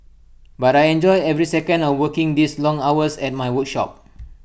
but I enjoy every second of working these long hours at my workshop